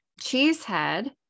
cheesehead